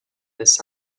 this